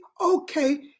okay